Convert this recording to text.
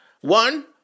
one